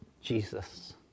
Jesus